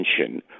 attention